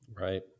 Right